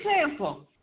example